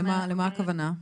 למה הכוונה?